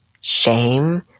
shame